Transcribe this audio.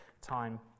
time